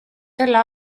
selle